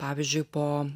pavyzdžiui po